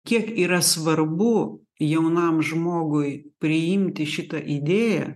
kiek yra svarbu jaunam žmogui priimti šitą idėją